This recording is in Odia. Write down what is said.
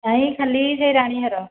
ନାଇଁ ଖାଲି ସେ ରାଣୀହାର